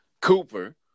cooper